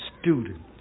student